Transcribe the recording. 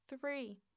Three